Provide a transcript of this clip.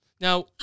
Now